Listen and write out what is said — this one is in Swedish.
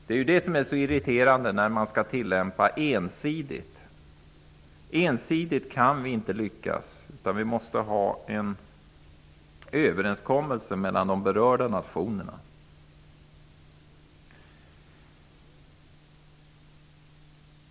Det är mycket irriterande med en ensidig tillämpning; med en ensidig tillämpning kan vi inte lyckas, utan vi måste ha en överenskommelse med de berörda nationerna.